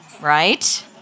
right